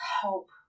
help